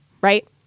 right